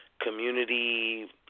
community